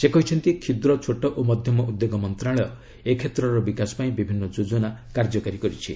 ସେ କହିଛନ୍ତି କ୍ଷୁଦ୍ର ଛୋଟ ଓ ମଧ୍ୟମ ଉଦ୍ୟୋଗ ମନ୍ତ୍ରଣାଳୟ ଏହି କ୍ଷେତ୍ରର ବିକାଶ ପାଇଁ ବିଭିନ୍ନ ଯୋଜନା କାର୍ଯ୍ୟକାରୀ କରିଛି